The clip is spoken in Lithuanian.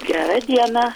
gerą dieną